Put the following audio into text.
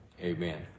Amen